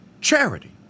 charity